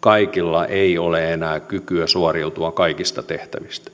kaikilla ei ole enää kykyä suoriutua kaikista tehtävistä